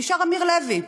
ונשאר אמיר לוי,